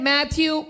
Matthew